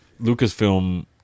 Lucasfilm